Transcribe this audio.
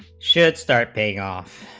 should start paying off,